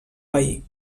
veí